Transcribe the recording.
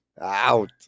Out